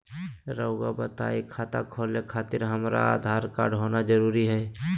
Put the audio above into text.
रउआ बताई खाता खोले खातिर हमरा आधार कार्ड होना जरूरी है?